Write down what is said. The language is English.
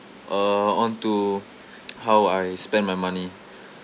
uh onto how I spend my money